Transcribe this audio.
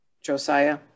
Josiah